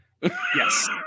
Yes